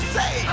say